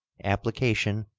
application,